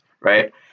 Right